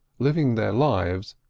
living their lives,